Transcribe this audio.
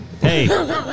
Hey